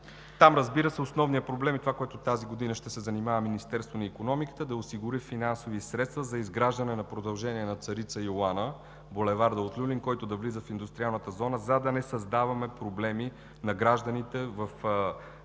Там, разбира се, основният проблем е това, с което тази година ще се занимава Министерството на икономиката – да осигури финансови средства за изграждане на продължение на „Царица Йоана“ – булевардът от Люлин, който да влиза в индустриалната зона, за да не създаваме проблеми на гражданите в населеното